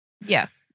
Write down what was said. Yes